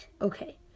okay